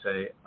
say